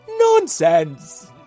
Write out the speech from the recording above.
Nonsense